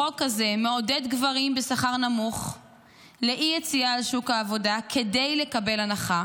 החוק הזה מעודד גברים בשכר נמוך לאי-יציאה לשוק העבודה כדי לקבל הנחה.